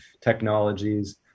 technologies